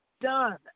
done